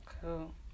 Cool